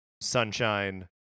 Sunshine